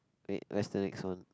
wait where's the next one